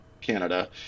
Canada